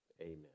amen